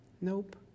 nope